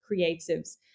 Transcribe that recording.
creatives